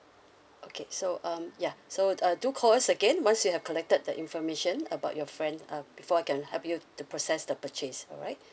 okay so um ya so uh do call us again once you have collected the information about your friend uh before I can help you to process the purchase alright